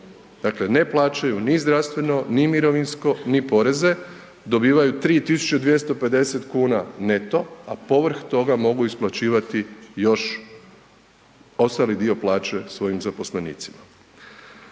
Dakle ne plaćaju ni zdravstveno, ni mirovinsko, ni poreze, dobivaju 3.250 kuna neto, a povrh toga mogu isplaćivati još ostali dio plaće svojim zaposlenicima.